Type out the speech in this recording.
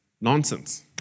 nonsense